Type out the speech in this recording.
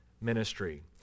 ministry